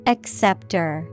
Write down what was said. Acceptor